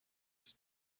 his